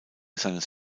seines